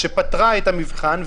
שפתרה את המבחן,